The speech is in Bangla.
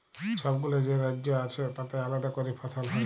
ছবগুলা যে রাজ্য আছে তাতে আলেদা ক্যরে ফসল হ্যয়